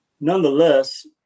nonetheless